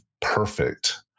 perfect